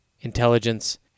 intelligence